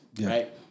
right